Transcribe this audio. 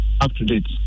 up-to-date